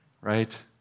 right